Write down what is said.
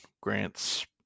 grants